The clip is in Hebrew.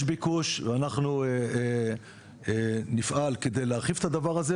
יש ביקוש ואנחנו נפעל כדי להרחיב את הדבר הזה.